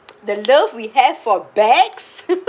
the love we have for bags